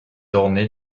ornée